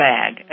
Bag